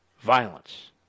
violence